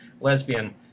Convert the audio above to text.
lesbian